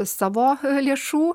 savo lėšų